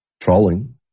trolling